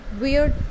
weird